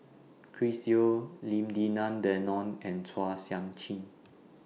Chris Yeo Lim Denan Denon and Chua Sian Chin